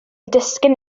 disgyn